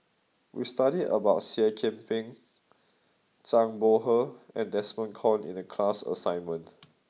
we studied about Seah Kian Peng Zhang Bohe and Desmond Kon in the class assignment